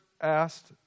asked